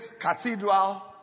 cathedral